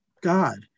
God